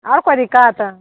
आओर कोइ दिक्कत